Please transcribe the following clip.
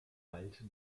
bald